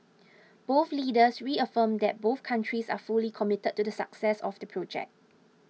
both leaders reaffirmed that both countries are fully committed to the success of the project